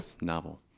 Novel